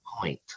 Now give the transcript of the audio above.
point